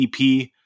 EP